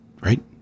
right